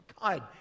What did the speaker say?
God